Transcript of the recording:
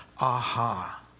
aha